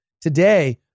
today